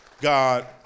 God